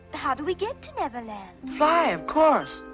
how do we get to neverland? fly, of course.